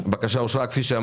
1 אושר.